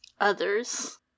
Others